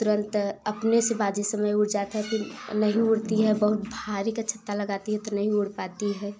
तुरंत अपने से बाजी समय उड़ जात है फिर नहीं उड़ती है बहुत भारी का छत्ता लगाती है तो नहीं उड़ पाती है